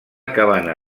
cabana